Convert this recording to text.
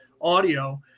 audio